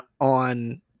on